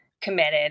committed